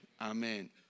Amen